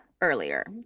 earlier